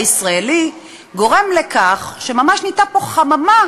גורם לכך שממש נהייתה פה חממה